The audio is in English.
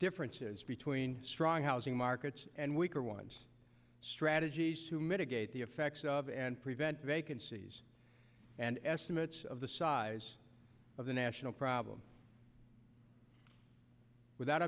differences between strong housing markets and weaker ones strategies to mitigate the effects of and prevent vacancies and estimates of the size of the national problem without